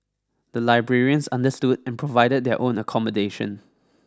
the librarians understood and provided their own accommodation